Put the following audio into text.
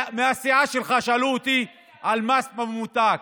מהסיעה שלך שאלו אותי על המס על הממותק.